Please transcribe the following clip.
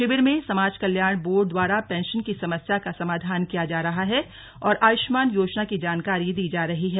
शिविर में समाज कल्याण बोर्ड के द्वारा पेंशन की समस्या का समाधान किया जा रहा है और आयुष्मान योजना की जानकारी दी जा रही है